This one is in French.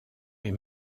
est